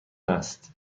است